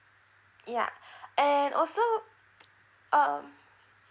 ya and also um